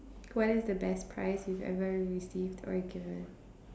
what is the best prize you ever received or given